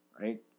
right